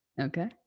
Okay